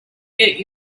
get